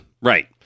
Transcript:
Right